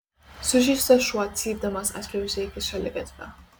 sužeistas šuo cypdamas atšliaužė iki šaligatvio